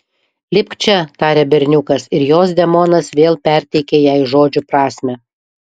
lipk čia tarė berniukas ir jos demonas vėl perteikė jai žodžių prasmę